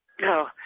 No